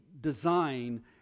design